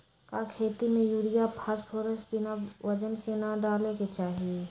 का खेती में यूरिया फास्फोरस बिना वजन के न डाले के चाहि?